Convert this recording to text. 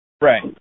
Right